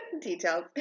Details